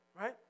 right